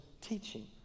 teaching